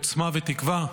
עוצמה ותקווה,